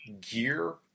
gear